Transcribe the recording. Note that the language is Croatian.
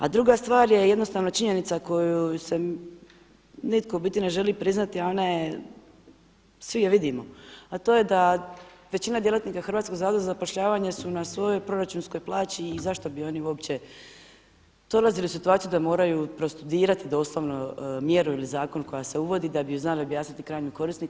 A druga stvar je jednostavno činjenica koju nitko u biti ne želi priznati, a svi je vidimo, a to je da većina djelatnika Hrvatskog zavoda za zapošljavanje su na svojoj proračunskoj plaći i zašto bi oni uopće dolazili u situaciju da moraju prostudirati doslovno mjeru ili zakon koja se uvodi da bi ju znali objasniti krajnjem korisniku.